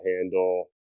handle